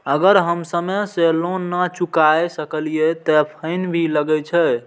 अगर हम समय से लोन ना चुकाए सकलिए ते फैन भी लगे छै?